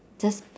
just